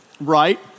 right